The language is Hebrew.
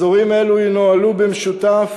אזורים אלו ינוהלו במשותף